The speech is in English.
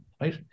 right